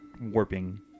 warping